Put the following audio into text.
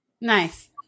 Nice